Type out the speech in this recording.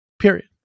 Period